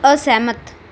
ਅਸਹਿਮਤ